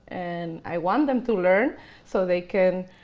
and i want them to learn so they can